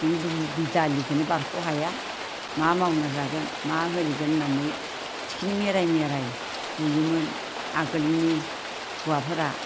नों बिदि आलिखौनो बारख' हाया मा मावना जागोन मा आरिगोन होननानै थिखिनि मेराय मेराय बुयोमोन आगोलनि हौवाफोरा